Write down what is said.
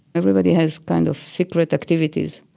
everybody has kind of secret activities.